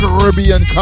Caribbean